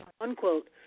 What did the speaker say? Unquote